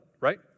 right